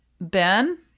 Ben